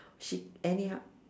she anyhow